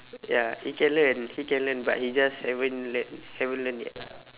ya he can learn he can learn but he just haven't learn haven't learn yet